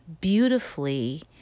beautifully